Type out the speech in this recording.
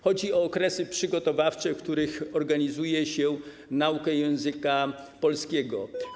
Chodzi o okresy przygotowawcze, w których organizuje się naukę języka polskiego.